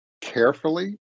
carefully